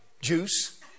juice